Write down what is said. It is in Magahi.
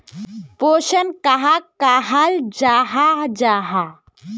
पोषण कहाक कहाल जाहा जाहा?